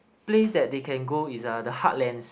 place that they can go is ah the heartlands